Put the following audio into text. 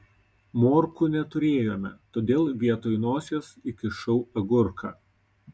morkų neturėjome todėl vietoj nosies įkišau agurką